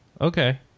Okay